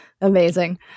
Amazing